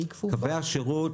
קווי השירות